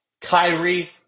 Kyrie